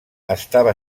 estava